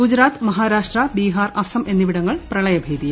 ഗൂജറാത്ത് മഹാരാഷ്ട്ര ബീഹാർ അസം എന്നിവിടങ്ങൾ പ്രളയഭീതിയിൽ